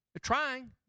trying